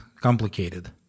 complicated